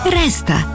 resta